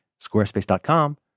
Squarespace.com